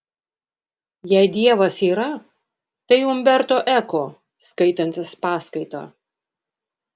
jei dievas yra tai umberto eko skaitantis paskaitą